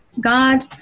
God